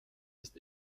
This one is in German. ist